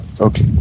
Okay